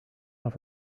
off